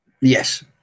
Yes